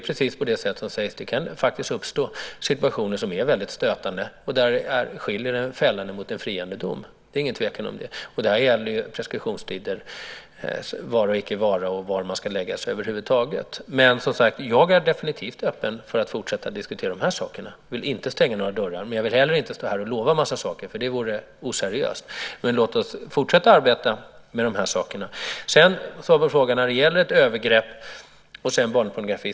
Det kan faktiskt uppstå situationer som är väldigt stötande, precis som sägs här, där det skiljer mellan en fällande och friande dom. Det är ingen tvekan om det. Det här gäller preskriptionstiders vara eller icke-vara och var man ska lägga sig över huvud taget. Jag är definitivt öppen för att fortsätta att diskutera de här sakerna. Jag vill inte stänga några dörrar. Men jag vill inte heller stå här och lova en massa saker. Det vore oseriöst. Låt oss fortsätta att arbeta med de här sakerna. Låt mig sedan svara på frågan om övergrepp och barnpornografi.